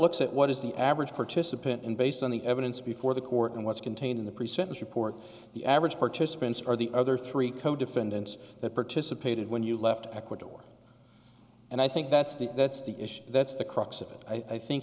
looks at what is the average participant and based on the evidence before the court and what's contained in the pre sentence report the average participants are the other three co defendants that participated when you left ecuador and i think that's the that's the issue that's the crux of it i think